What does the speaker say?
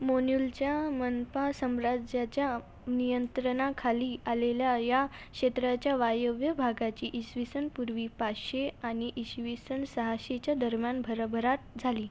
मोन्युलच्या मनपा सम्राज्याच्या नियंत्रणाखाली आलेल्या या क्षेत्राच्या वायव्य भागाची इसवी सन पूर्वी पाचशे आणि इसवी सन सहाशेच्या दरम्यान भरभराट झाली